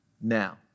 now